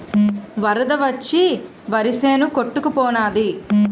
వరద వచ్చి వరిసేను కొట్టుకు పోనాది